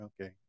Okay